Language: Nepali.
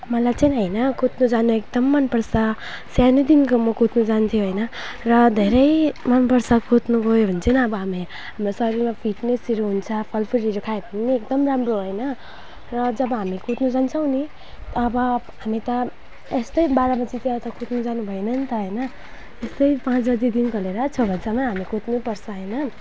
मलाई चाहिँ होइन कुद्नु जानु एकदम मन पर्छ सानैदेखिको म कुद्नु जान्थ्यो होइन र धेरै मन पर्छ कुद्नु गयो भने चाहिँ अब हामी हाम्रो शरीरमा फिटनेसहरू हुन्छ फलफुलहरू खायो भने एकदम राम्रो हो होइन र जब हामी कुद्नु जान्छौँ नि अब हामी त यस्तै बाह्र बजीतिर कुद्नु जानु भएन नि त होइन यस्तै पाँच बजीदेखिको लिएर छ बजीसम्म हामी कुद्नु पर्छ होइन